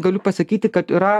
galiu pasakyti kad yra